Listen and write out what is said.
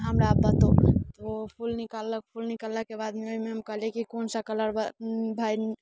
हमरा बतो ओ फूल निकाललक फूल निकाललाके बादमे ओहिमे हम कहलियै कि कोन सा कलर भ